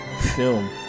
film